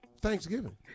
Thanksgiving